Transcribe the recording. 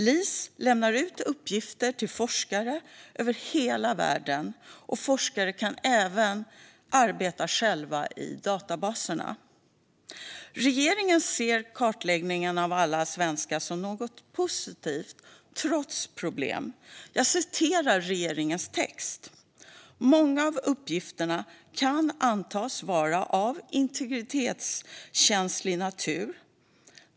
LIS lämnar ut uppgifter till forskare över hela världen, och forskare kan även arbeta själva i databaserna. Regeringen ser kartläggningen av alla svenskar som något positivt, trots problem. Regeringen skriver: "Många av uppgifterna kan antas vara av integritetskänslig natur.